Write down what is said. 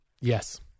Yes